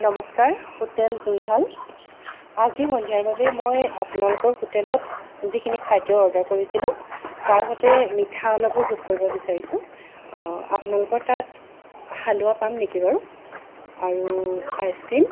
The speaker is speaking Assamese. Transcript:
নমস্কাৰ হোটেল জুইশাল আজি সন্ধিয়াৰ বাবে মই আপোনালোকৰ হোটেলত যিখিনি খাদ্য অৰ্ডাৰ কৰিছিলো তাৰ সৈতে মিঠা অলপো যোগ কৰিব বিচাৰিছোঁ আপোনালোকৰ তাত হালোৱা পাম নেকি বাৰু আৰু আইচক্ৰীম